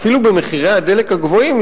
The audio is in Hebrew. אפילו במחירי הדלק הגבוהים,